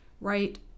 Right